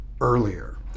earlier